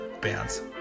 bands